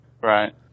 Right